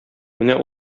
менә